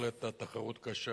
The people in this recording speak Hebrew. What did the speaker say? בהחלט התחרות קשה,